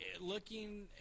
looking